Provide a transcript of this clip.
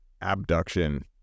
abduction